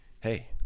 Hey